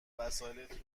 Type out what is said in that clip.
وسایلت